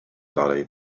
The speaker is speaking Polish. dalej